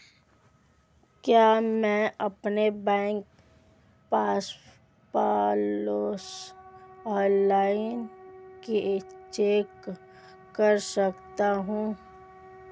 क्या मैं अपना बैंक बैलेंस ऑनलाइन चेक कर सकता हूँ?